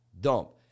Dump